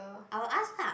I will ask lah